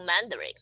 mandarin